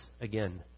again